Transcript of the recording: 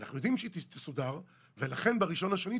אנחנו יודעים שהיא תסודר ולכן ב- 1.2.2023,